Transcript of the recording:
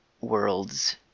worlds